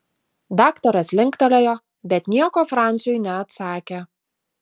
daktaras linktelėjo bet nieko franciui neatsakė